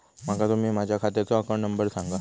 माका तुम्ही माझ्या खात्याचो अकाउंट नंबर सांगा?